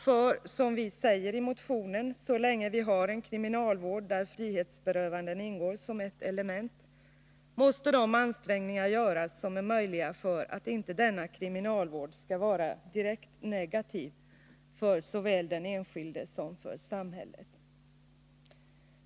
För — som vi säger i motionen — så länge vi har en kriminalvård där frihetsberövanden ingår som ett element, måste de ansträngningar göras som är möjliga för att inte denna kriminalvård skall vara direkt negativ för den enskilde och för samhället.